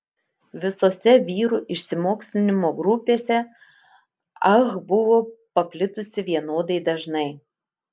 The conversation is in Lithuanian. visose vyrų išsimokslinimo grupėse ah buvo paplitusi vienodai dažnai